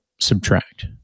subtract